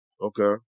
Okay